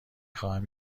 خواهم